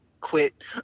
quit